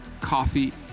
coffee